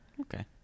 Okay